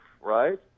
right